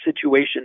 situation